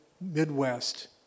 Midwest